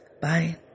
Bye